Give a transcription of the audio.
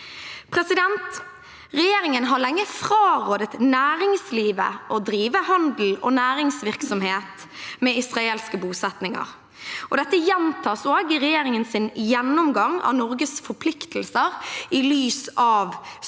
15–17 2024 Regjeringen har lenge frarådet næringslivet å drive handel og næringsvirksomhet med israelske bosettinger. Dette gjentas også i regjeringens gjennomgang av Norges forpliktelser i lys av Sør-Afrikas